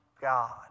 God